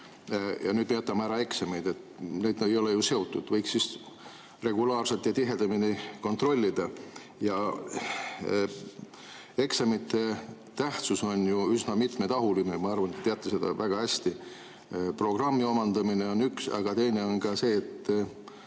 ja nüüd jätame ära eksamid. Need ei ole ju seotud, võiks siis regulaarselt ja tihedamini kontrollida. Eksamite tähtsus on ju üsna mitmetahuline, ma arvan, te teate seda väga hästi. Programmi omandamine on üks asi, aga teine on see, et